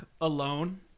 alone